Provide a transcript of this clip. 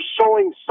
showing